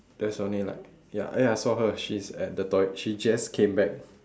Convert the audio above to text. that's only like ya oh ya I saw her she's at the toi~ she just came back